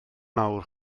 mawr